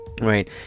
Right